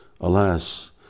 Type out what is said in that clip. alas